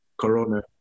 corona